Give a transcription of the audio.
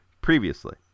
previously